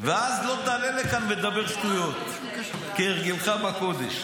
ואז לא תעלה לכאן ותדבר שטויות כהרגלך בקודש.